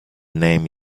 name